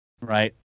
right